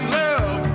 love